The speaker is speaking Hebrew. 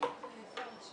הישיבה נעולה.